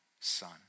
Son